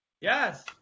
Yes